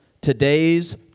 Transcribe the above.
Today's